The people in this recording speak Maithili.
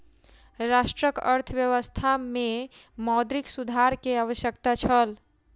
राष्ट्रक अर्थव्यवस्था में मौद्रिक सुधार के आवश्यकता छल